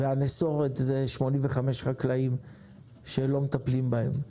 והנסורת זה 85 חקלאים שלא מטפלים בהם.